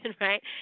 right